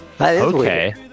Okay